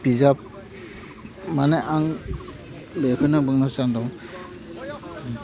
बिजाब माने आं बेखौनो बुंनो सानदों